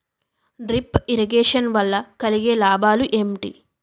Drip irrigation వల్ల కలిగే లాభాలు ఏంటి?